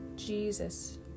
Jesus